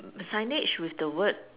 signage with the word